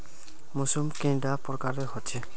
मौसम कैडा प्रकारेर होचे?